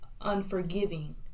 unforgiving